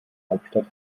hauptstadt